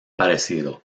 parecido